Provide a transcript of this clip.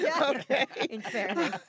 Okay